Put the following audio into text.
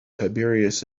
tiberius